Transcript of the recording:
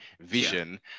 Vision